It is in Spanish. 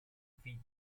fiyi